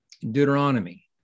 Deuteronomy